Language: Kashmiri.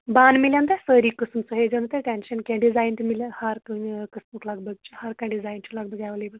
بانہٕ مِلَن تۄہہِ سٲری قٕسٕم سُہ ہیٚزیو نہٕ تۄہہِ ٹٮ۪نٛشن کیٚنٛہہ ڈِزایِن تہِ مِلہِ ہر کُنہِ قٕسمُک لگ بگ چھُ ہر کانٛہہ ڈِزایِن چھُ لگ بگ ایولیبل